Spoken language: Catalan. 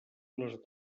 les